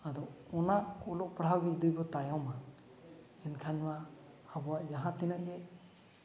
ᱚᱱᱟ ᱚᱞᱚᱜ ᱯᱟᱲᱦᱟᱣ ᱜᱮ ᱡᱩᱫᱤ ᱵᱚᱱ ᱛᱟᱭᱚᱢᱟ ᱮᱱᱠᱷᱟᱱ ᱱᱚᱣᱟ ᱟᱵᱚᱣᱟᱜ ᱡᱟᱦᱟᱸ ᱛᱤᱱᱟᱹᱜ ᱜᱮ